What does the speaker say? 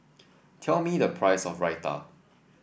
tell me the price of Raita